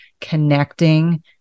connecting